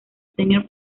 senior